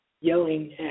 yelling